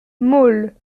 maule